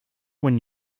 when